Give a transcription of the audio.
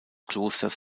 klosters